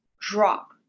drop